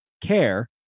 care